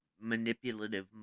manipulative